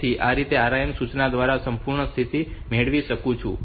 તેથી આ રીતે હું RIM સૂચના દ્વારા આ સંપૂર્ણ સ્થિતિ મેળવી શકું છું